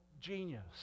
genius